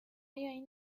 این